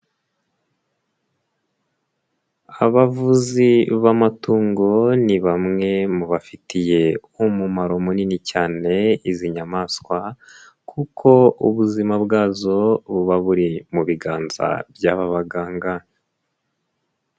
Abavuzi b'amatungo ni bamwe mu bafitiye umumaro munini cyane izi nyamaswa kuko ubuzima bwazo buba buri mu biganza by'aba baganga.